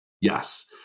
Yes